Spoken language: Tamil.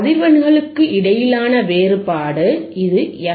அதிர்வெண்களுக்கு இடையிலான வேறுபாடு இது எஃப்